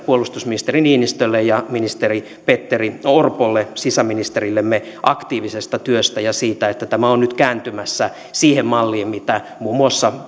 puolustusministeri niinistölle ja ministeri petteri orpolle sisäministerillemme aktiivisesta työstä ja siitä että tämä on nyt kääntymässä siihen malliin mitä muun muassa